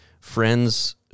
friends